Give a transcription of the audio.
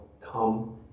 come